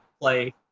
play